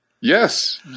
Yes